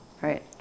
right